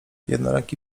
jednoręki